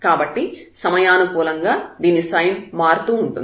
కాబట్టి సమయానుకూలంగా దీని సైన్ మారుతూ ఉంటుంది